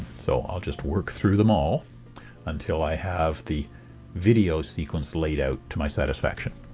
so i'll just work through them all until i have the video sequence laid out to my satisfaction.